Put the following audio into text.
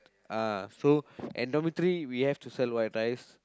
ah so and dormitory we have to sell white rice